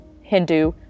Hindu